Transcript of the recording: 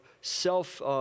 self